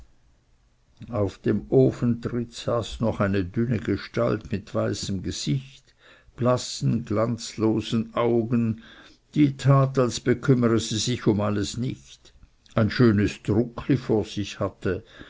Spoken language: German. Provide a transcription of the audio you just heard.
auf dem ofentritt saß noch eine dünne gestalt mit weißem gesicht blassen glanzlosen augen die tat als bekümmere sie sich um alles nicht ein schönes druckli vor sich hatte